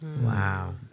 Wow